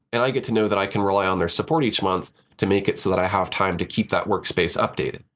and i get to know that i can rely on their support each month to make it so that i have time to keep that workspace updated.